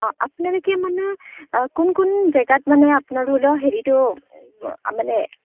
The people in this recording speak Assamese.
অ আপোনালোকে মানে কোন কোন জেগাত মানে আপোনাৰ ধৰি লওক হেৰিটো মানে